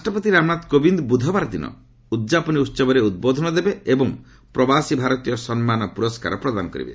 ରାଷ୍ଟ୍ରପତି ରାମନାଥ କୋବିନ୍ଦ ବୁଧବାର ଦିନ ଉଦ୍ଯାପନୀ ଉହବରେ ଉଦ୍ବୋଧନ ଦେବେ ଏବଂ ପ୍ରବାସୀ ଭାରତୀୟ ସମ୍ମାନ ପୁରସ୍କାର ପ୍ରଦାନ କରିବେ